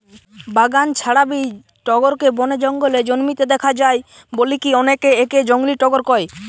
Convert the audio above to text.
বাগান ছাড়াবি টগরকে বনে জঙ্গলে জন্মিতে দেখা যায় বলিকি অনেকে একে জংলী টগর কয়